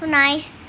nice